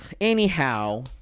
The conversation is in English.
Anyhow